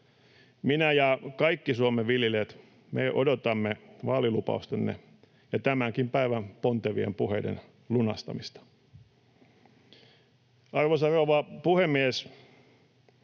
Minä ja kaikki Suomen viljelijät odotamme vaalilupaustenne ja tämänkin päivän pontevien puheiden lunastamista. Arvoisa rouva puhemies!